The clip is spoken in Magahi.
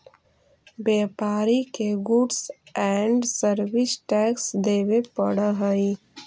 व्यापारि के गुड्स एंड सर्विस टैक्स देवे पड़ऽ हई